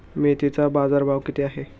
मेथीचा बाजारभाव किती आहे?